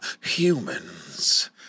humans